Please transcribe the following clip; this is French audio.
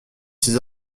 ses